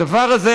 הדבר הזה,